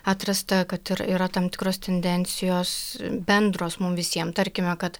atrasta kad ir yra tam tikros tendencijos bendros mum visiem tarkime kad